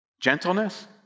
Gentleness